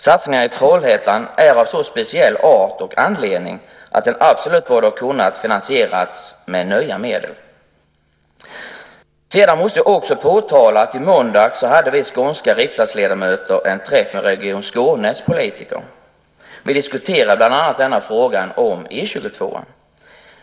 Satsningen i Trollhättan är av en sådan speciell art och görs av en sådan speciell anledning att den absolut borde ha kunnat finansieras med nya medel. Jag måste också påtala att vi skånska riksdagsledamöter hade en träff med Region Skånes politiker i måndags. Vi diskuterade bland annat frågan om E 22:an.